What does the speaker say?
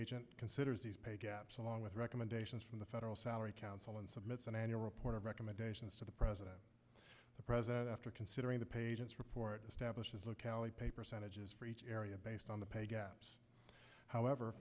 e considers these pay gaps along with recommendations from the federal salary council and submits an annual report of recommendations to the president the president after considering the patient's report establishes locality pay percentages for each area based on the pay gaps however